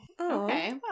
Okay